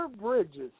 Bridges